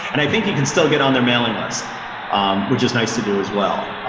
and i think you can still get on their mailing list which is nice to do as well